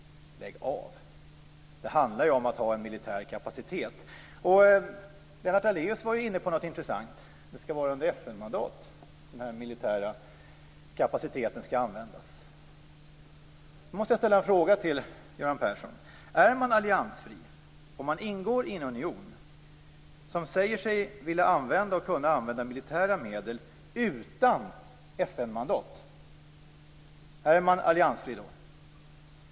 Lägg av! Det handlar ju om att ha en militär kapacitet. Lennart Daléus var inne på någonting intressant, att det är under FN-mandat som den här militära kapaciteten skall användas. Då måste jag ställa en fråga till Göran Persson: Är man alliansfri om man ingår i en union som säger sig vilja använda och kunna använda militära medel utan FN-mandat? Är man alltså alliansfri då?